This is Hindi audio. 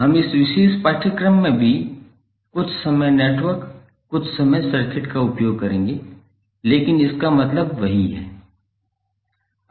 हम इस विशेष पाठ्यक्रम में भी हम कुछ समय नेटवर्क कुछ समय सर्किट का उपयोग करेंगे लेकिन इसका मतलब वही है